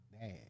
Dad